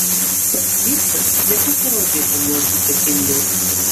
pats miestas nepasirodė kuom nors ypatingas